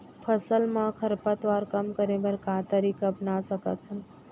फसल मा खरपतवार कम करे बर का तरीका अपना सकत हन?